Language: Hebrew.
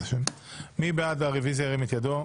מי בעד הרביזיה ירים את ידו?